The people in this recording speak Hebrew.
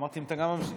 אמרתי אם אתה גם רוצה